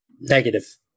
Negative